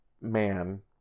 man